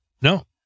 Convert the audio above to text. No